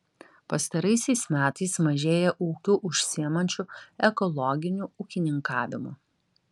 pastaraisiais metais mažėja ūkių užsiimančių ekologiniu ūkininkavimu